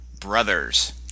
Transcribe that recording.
Brothers